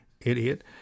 idiot